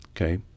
okay